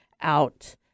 out